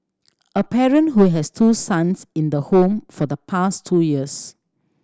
a parent who has two sons in the home for the past two years